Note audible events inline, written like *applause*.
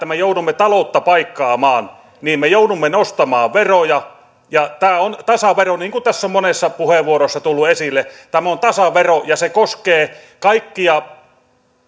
*unintelligible* me joudumme taloutta paikkaamaan niin me joudumme nostamaan veroja ja tämä on tasavero niin kuin tässä on monessa puheenvuorossa tullut esille tämä on tasavero ja se koskee kaikkia